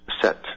set